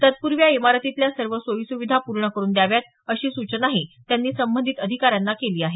तत्पूर्वी या इमारतीतल्या सर्व सोयी सुविधा पूर्ण करून द्याव्यात अशी सूचनाही त्यांनी संबंधित अधिकाऱ्यांना केली आहे